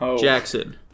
Jackson